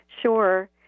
Sure